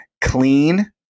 clean